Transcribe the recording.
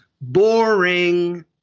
Boring